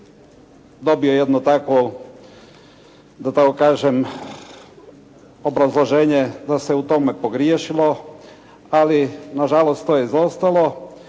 dobio jedno takvo da tako kažem obrazloženje da se u tome pogriješilo ali nažalost to je izostalo